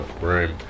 room